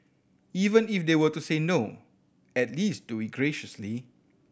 even if they were to say no at least do it graciously